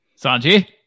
sanji